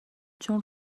چون